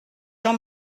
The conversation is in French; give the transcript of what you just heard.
jean